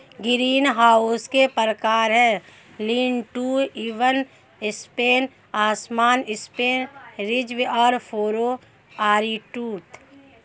greenhouse के प्रकार है, लीन टू, इवन स्पेन, असमान स्पेन, रिज और फरो, आरीटूथ